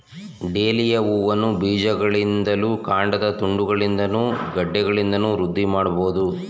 dahlia ಹೂವನ್ನ ಬೀಜಗಳಿಂದಲೂ ಕಾಂಡದ ತುಂಡುಗಳಿಂದಲೂ ಗೆಡ್ಡೆಗಳಿಂದಲೂ ವೃದ್ಧಿ ಮಾಡ್ಬಹುದು